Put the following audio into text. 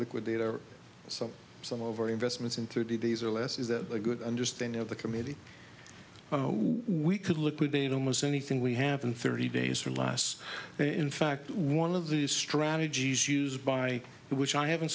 liquidate or some some of our investments in thirty days or less is that a good understanding of the committee we could liquidate almost anything we have and thirty days from last in fact one of the strategies used by you which i haven't